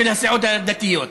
של הסיעות הדתיות.